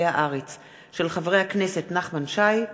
של חברי הכנסת נחמן שי,